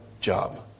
job